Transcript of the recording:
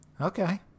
Okay